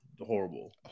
horrible